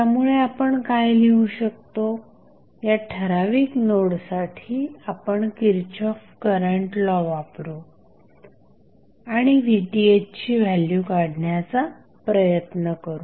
त्यामुळे आपण काय लिहू शकतो या ठराविक नोडसाठी आपण Kirchhoff current law Kirchhoffs current law वापरू आणि VTh ची व्हॅल्यू काढण्याचा प्रयत्न करू